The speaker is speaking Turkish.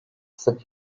sık